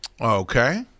Okay